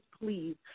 please